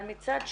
אבל מצד שני,